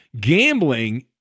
gambling